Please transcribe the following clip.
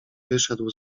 wyszedł